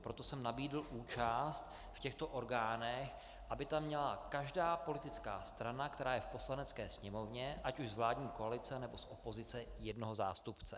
Proto jsem nabídl účast v těchto orgánech, aby tam měla každá politická strana, která je v Poslanecké sněmovně, ať už z vládní koalice, nebo z opozice, jednoho zástupce.